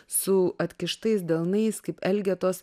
su atkištais delnais kaip elgetos